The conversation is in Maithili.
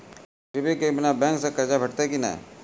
गिरवी के बिना बैंक सऽ कर्ज भेटतै की नै?